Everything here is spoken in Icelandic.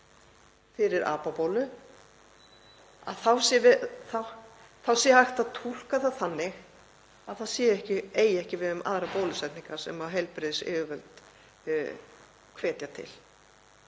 fyrir apabólu, að þá sé hægt að túlka það þannig að það eigi ekki við um aðrar bólusetningar sem heilbrigðisyfirvöld hvetja til.